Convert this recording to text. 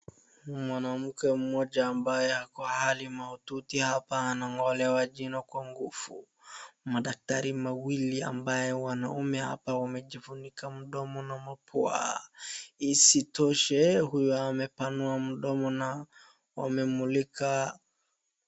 Mwanamake mmoja ambaye ako hali mahututi hapa anangolewa jino kwa nguvu. Madaktari mawili ambaye wanaume hapa wamejifunika mdomo na mapua. Isitoshe, huyu amepanua mdomo na wamemmulika.